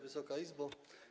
Wysoka Izbo!